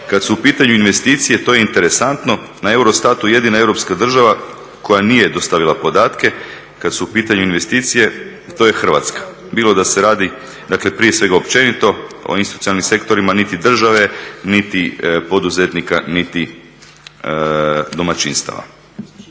Kad su u pitanju investicije to je interesantno, na EUROSTAT-u jedina europska država koja nije dostavila podatke kad su u pitanju investicije to je Hrvatska. Bilo da se radi, dakle prije svega općenito o institucionalnim sektorima niti države, niti poduzetnika, niti domaćinstava.